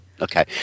Okay